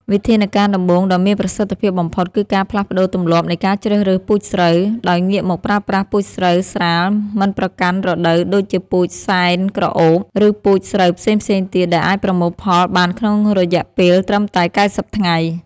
វិធានការដំបូងដ៏មានប្រសិទ្ធភាពបំផុតគឺការផ្លាស់ប្តូរទម្លាប់នៃការជ្រើសរើសពូជស្រូវ ដោយងាកមកប្រើប្រាស់ពូជស្រូវស្រាលមិនប្រកាន់រដូវដូចជាពូជសែនក្រអូប ឬពូជស្រូវផ្សេងៗទៀតដែលអាចប្រមូលផលបានក្នុងរយៈពេលត្រឹមតែ ៩០ ថ្ងៃ។